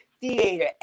theater